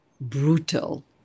brutal